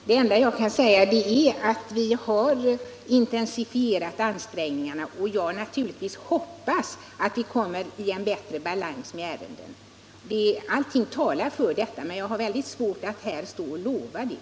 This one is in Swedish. Herr talman! Det enda jag kan säga är att vi har givit ansvarsnämnden ökade resurser. Jag hoppas naturligtvis att vi skall komma i en bättre balans när det gäller ärendena. Allting talar för detta, men jag har väldigt svårt att här stå och lova det.